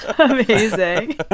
Amazing